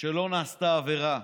שלא נעשתה עבירה,